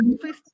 please